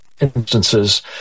instances